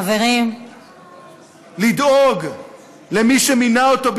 לדאוג למי שמינה אותו,